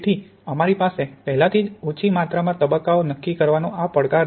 તેથી અમારી પાસે પહેલાથી જ ઓછી માત્રાના તબક્કાઓ નક્કી કરવાનો આ પડકાર છે